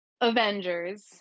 avengers